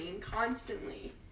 constantly